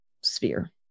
sphere